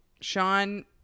Sean